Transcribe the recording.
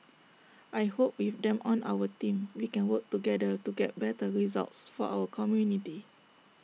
I hope with them on our team we can work together to get better results for our community